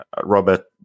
Robert